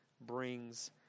brings